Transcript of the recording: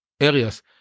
areas